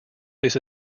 this